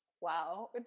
wow